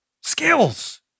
Skills